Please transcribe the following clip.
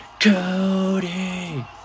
Cody